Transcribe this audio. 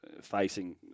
facing